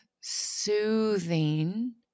soothing